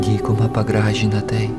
dykumą pagražina tai